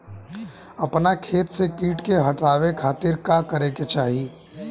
अपना खेत से कीट के हतावे खातिर का करे के चाही?